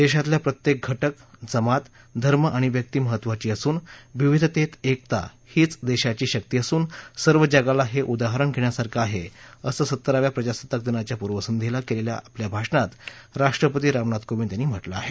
देशातला प्रत्येक घटक जमात धर्म आणि व्यक्ती महत्वाची असून विविधतेत एकता हीच देशाची शक्ती असून सर्व जगाला हे उदाहरण घेण्यासारखं आहे असं सत्तराव्या प्रजासत्ताक दिनाच्या पूर्वसंध्येला केलेल्या आपल्या भाषणात राष्ट्रपती रामनाथ कोविंद यांनी म्हटलं आहे